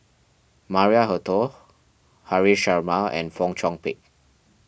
Maria Hertogh Haresh Sharma and Fong Chong Pik